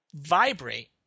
vibrate